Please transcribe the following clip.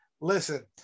listen